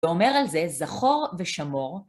ואומר על זה זכור ושמור.